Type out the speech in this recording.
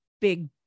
big